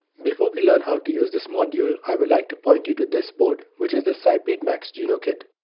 before we learn how to use this module, i would like to point you to this board which is the sipeed maixduino kit.